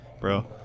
bro